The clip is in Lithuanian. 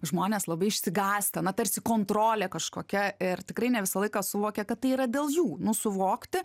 žmonės labai išsigąsta na tarsi kontrolė kažkokia ir tikrai ne visą laiką suvokia kad tai yra dėl jų nu suvokti